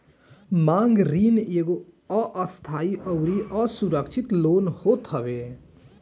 मांग ऋण एगो अस्थाई अउरी असुरक्षित लोन होत हवे